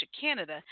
Canada